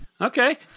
Okay